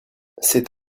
c’est